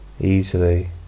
easily